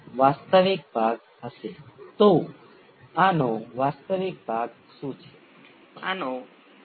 સમાંતર RL અને C સાથે માત્ર બે નોડ છે જે સમાંતર RLC સર્કિટ છે